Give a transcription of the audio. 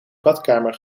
badkamer